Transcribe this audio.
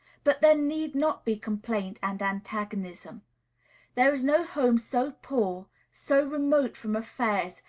but there need not be complaint and antagonism there is no home so poor, so remote from affairs,